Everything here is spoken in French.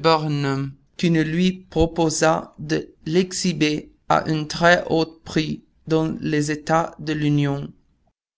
barnum qui ne lui proposât de l'exhiber à un très haut prix dans les états de l'union